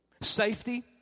safety